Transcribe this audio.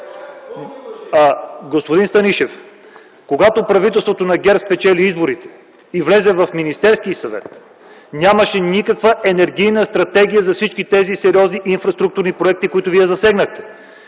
Господин Станишев, когато правителството на ГЕРБ спечели изборите и влезе в Министерския съвет, нямаше никаква енергийна стратегия за всички тези сериозни инфраструктурни проекти, които Вие засегнахте.